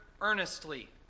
earnestly